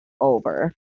over